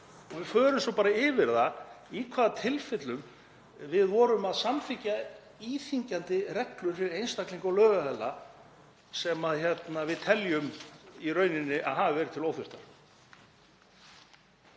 og við förum svo bara yfir það í hvaða tilfellum við vorum að samþykkja íþyngjandi reglur fyrir einstaklinga og lögaðila sem við teljum í rauninni hafa verið til óþurftar.